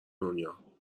دنیا